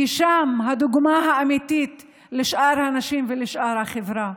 כי שם הדוגמה האמיתית לשאר האנשים ולשאר החברה.